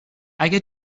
اگه